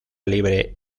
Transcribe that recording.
libre